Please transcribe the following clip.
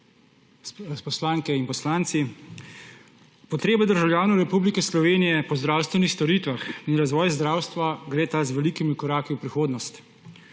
spoštovane poslanke in poslanci! Potrebe državljanov Republike Slovenije po zdravstvenih storitvah in razvoj zdravstva gresta z velikimi koraki v prihodnost,